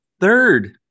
third